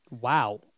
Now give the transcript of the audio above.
Wow